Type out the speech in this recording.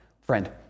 Friend